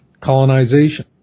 colonization